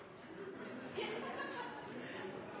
de andre forslagene som er